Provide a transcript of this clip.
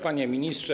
Panie Ministrze!